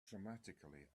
dramatically